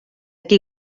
qui